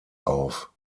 auf